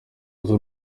z’u